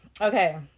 okay